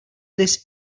this